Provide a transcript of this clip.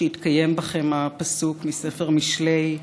שיתקיים בכם הפסוק מספר משלי: